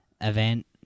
event